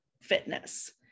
fitness